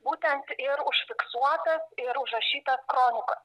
būtent ir užfiksuotas ir užrašytas kroniko